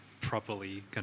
properly